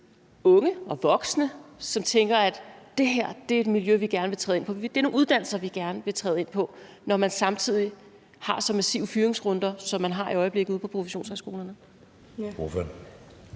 unge og voksne, som tænker, at det her er et miljø, de gerne vil træde ind i, og at det er nogle uddannelser, de gerne vil træde ind på, når man samtidig har så massive fyringsrunder, som man har i øjeblikket ude på professionshøjskolerne?